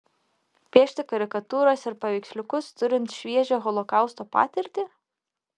piešti karikatūras ir paveiksliukus turint šviežią holokausto patirtį